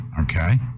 Okay